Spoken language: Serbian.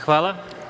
Hvala.